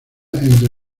entre